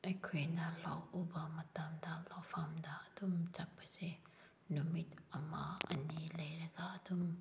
ꯑꯩꯈꯣꯏꯅ ꯂꯧ ꯎꯕ ꯃꯇꯝꯗ ꯂꯧꯐꯝꯗ ꯑꯗꯨꯝ ꯆꯠꯄꯁꯦ ꯅꯨꯃꯤꯠ ꯑꯃ ꯑꯅꯤ ꯂꯩꯔꯒ ꯑꯗꯨꯝ